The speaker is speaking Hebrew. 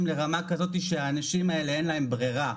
לרמה כזאת שהאנשים האלה אין להם ברירה,